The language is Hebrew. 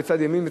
בצד ימין,